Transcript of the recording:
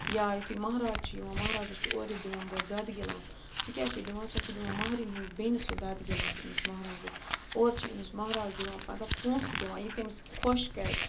یا یُتھُے مَہراز چھُ یِوان مَہرازَس چھِ اورٕ یِتھدِوان گۄڈٕ دۄدٕ گِلاس سُہ کیٛازِ چھِ دِوان سۄ چھِ دِوان مَہریٚنۍ ہِنٛز بیٚنہِ سۄ دۄدٕ گِلاس أمِس مہرازَس اورٕ چھِ أمِس مَہراز دِوان مطلب پونٛسہٕ دِوان یہِ تٔمِس خۄش کَرِ